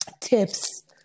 tips